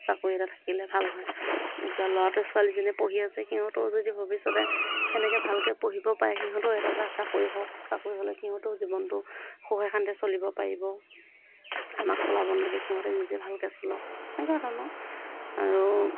চাকৰি এটা থাকিলে ভাল হয় এতিয়া ল'ৰাটোৱে ছোৱালীজনীয়ে পঢ়ি আছে সিহঁতেও যদি ভৱিষ্যতে সেনেকৈ ভালকৈ পঢ়িব পাৰে সিহঁতৰো এটা এটা চাকৰি হওক চাকৰি হ'লে সিহঁতৰো জীৱনটো সুখে শান্তিৰে চলিব পাৰিব আমাক চলাব নালাগে সিহঁতে নিজে ভালকৈ চলক সেনেকুৱা ধৰণৰ আৰু